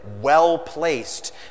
well-placed